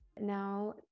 Now